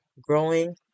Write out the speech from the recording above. growing